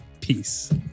peace